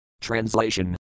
Translation